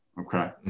Okay